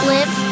Live